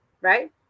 right